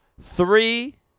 three—